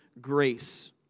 grace